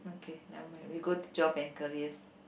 okay never mind we go to job and careers